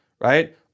right